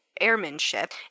airmanship